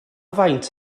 faint